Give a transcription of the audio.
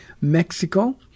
Mexico